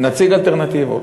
אלטרנטיבות.